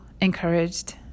encouraged